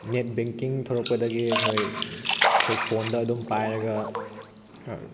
net banking ꯊꯣꯛꯔꯛꯄꯗꯒꯤ ꯑꯩꯈꯣꯏ ꯑꯩꯈꯣꯏ ꯐꯣꯟꯗ ꯑꯗꯨꯝ ꯄꯥꯏꯔꯒ